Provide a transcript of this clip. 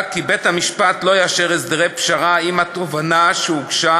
כי בית-המשפט לא יאשר הסדרי פשרה אם התובענה שהוגשה